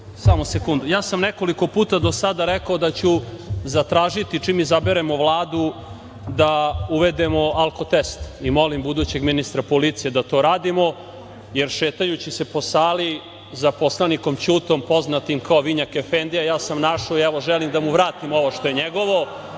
skupštine. Ja sam nekoliko puta do sada rekao da ću zatražiti, čim izaberemo Vladu, da uvedemo alko test. Molim budućeg ministra policije da to radimo, jer šetajući se po sali za poslanikom Ćutom, poznatim kao vinjak efendija, ja sam našao i, evo, želim da mu vratim ovo što je njegovo. Dođite